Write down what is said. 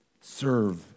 serve